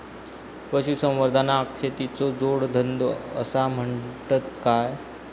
पशुसंवर्धनाक शेतीचो जोडधंदो आसा म्हणतत काय?